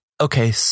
okay